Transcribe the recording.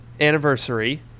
anniversary